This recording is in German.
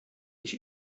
ich